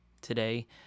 today